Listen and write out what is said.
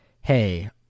Hey